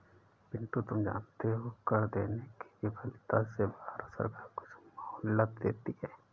पिंटू तुम जानते हो कर देने की विफलता से भारत सरकार कुछ मोहलत देती है